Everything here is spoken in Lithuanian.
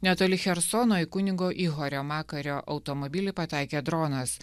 netoli chersono į kunigo ihorio makario automobilį pataikė dronas